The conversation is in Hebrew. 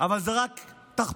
אבל זו רק תחפושת,